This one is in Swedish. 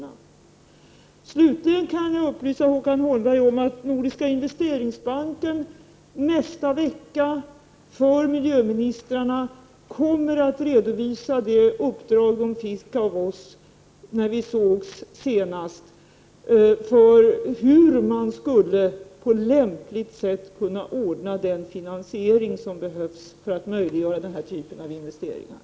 23 februari 1989 Slutligen kan jag upplysa Håkan Holmberg om att Nordiska investeringsbanken nästa vecka för miljöministrarna kommer att redovisa det uppdrag banken fick av oss då vi sågs senast, hur vi på lämpligt sätt skulle kunna ordna den finansiering som behövs för att möjliggöra den här typen av investeringar.